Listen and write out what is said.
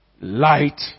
light